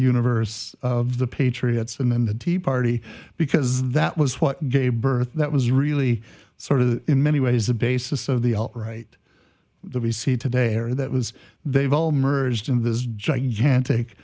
universe of the patriots and then the tea party because that was what gave birth that was really sort of in many ways the basis of the right the v c today or that was they've all merged into this gigantic